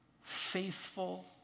faithful